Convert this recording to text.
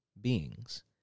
beings